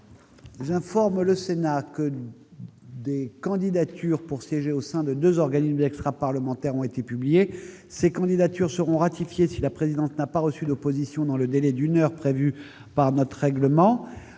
J'informe le Sénat que des candidatures pour siéger au sien de deux organismes extraparlementaires ont été publiées. Ces candidatures seront ratifiées si la présidence n'a pas reçu d'opposition dans le délai d'une heure prévu par notre règlement.